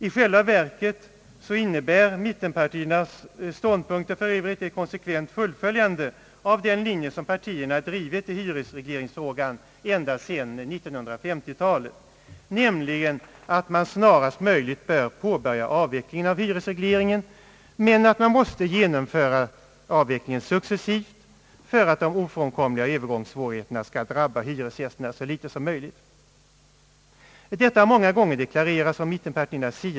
I själva verket innebär mittenpartiernas ståndpunkt ett konsekvent fullföljande av den linje som partierna drivit i hyresregleringsfrågan ända sedan 1950-talet, nämligen att man snarast möjligt bör påbörja avvecklingen av hyresregleringen, men att man måste genomföra avvecklingen successivt för att de ofrånkomliga övergångssvårigheterna skall drabba hyresgästerna så litet som möjligt. Detta har mittenpartierna många gånger deklarerat.